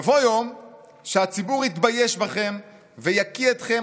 יבוא יום שהציבור יתבייש בכם ויקיא אתכם